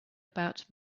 about